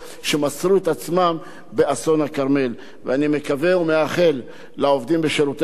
ואני מקווה ומאחל לעובדים בשירותי הכבאות שלא יתעסקו בכיבוי שרפות,